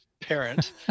parent